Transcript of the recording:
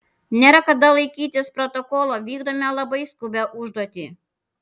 nėra kada laikytis protokolo vykdome labai skubią užduotį